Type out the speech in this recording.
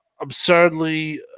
absurdly